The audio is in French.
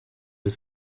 les